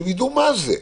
שהם ידעו מה זה,